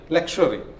Luxury